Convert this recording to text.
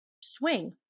swing